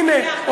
הנה,